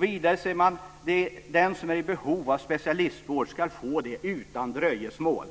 Vidare skriver man följande: "De som är i behov av specialistvård skall få det utan dröjsmål."